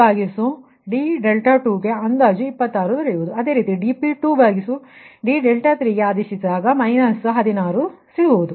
ಆದ್ದರಿಂದ dP2d2 ಗೆ ಅಂದಾಜು 26 ದೊರೆಯುವುದು ಅದೇ ರೀತಿ dP2d3ಗೆ ಸಬ್ಸ್ ಟ್ಯೂಟ್ ಮಾಡಿದಾಗ 16 ಸಿಗುವುದು